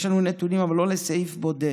יש לנו נתונים, אבל לא לסעיף בודד,